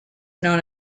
known